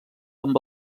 amb